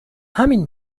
همین